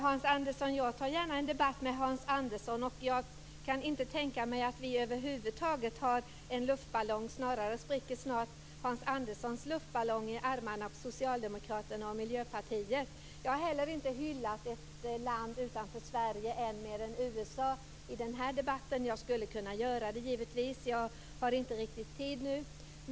Fru talman! Jag tar gärna en debatt med Hans Andersson. Jag kan inte tänka mig att vi över huvud taget har en luftballong. Snarare är det Hans Anderssons luftballong som snart spricker i armarna på Socialdemokraterna och Miljöpartiet. Jag har heller inte hyllat ett land utanför Sverige, t.ex. USA, i den här debatten. Jag skulle kunna göra det givetvis, men jag har inte riktigt tid nu.